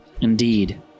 indeed